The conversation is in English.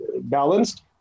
balanced